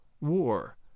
war